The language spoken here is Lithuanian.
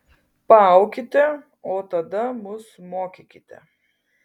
paaukite o tada mus mokykite